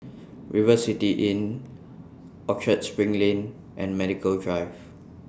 River City Inn Orchard SPRING Lane and Medical Drive